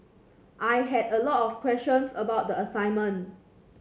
I had a lot of questions about the assignment